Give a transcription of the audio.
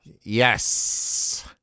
Yes